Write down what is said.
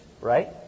Right